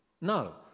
No